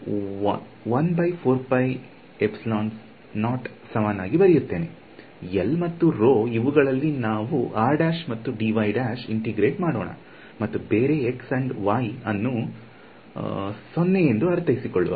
ನಾನು 1 ಅನ್ನು ಸಮನಾಗಿ ಬರೆಯುತ್ತೇನೆ L ಮತ್ತು ಇವುಗಳನ್ನು ನಾವು ಮತ್ತು ಇಂಟೆಗ್ರೇಟ್ ಮಾಡೋಣ ಮತ್ತು ಬೇರೆ x ಮತ್ತು y ಅನ್ನು 0 ಎಂದು ಅರ್ಥೈಸಿಕೊಳ್ಳುವ